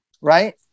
right